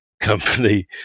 company